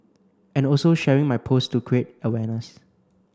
and also sharing my post to create awareness